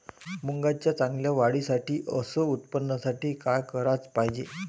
मुंगाच्या चांगल्या वाढीसाठी अस उत्पन्नासाठी का कराच पायजे?